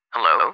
Hello